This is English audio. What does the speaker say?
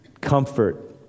Comfort